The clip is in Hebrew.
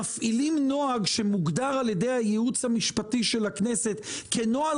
מפעילים נוהג שמוגדר על ידי הייעוץ המשפטי של הכנסת כנוהל